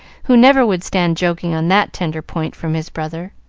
who never would stand joking on that tender point from his brother.